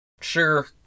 sure